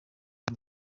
y’u